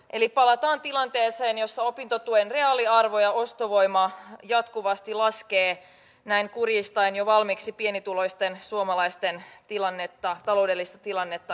eli palataan tilanteeseen jossa opintotuen reaaliarvo ja ostovoima jatkuvasti laskevat näin kurjistaen jo valmiiksi pienituloisten suomalaisten taloudellista tilannetta entuudestaan